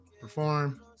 perform